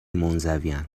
منزوین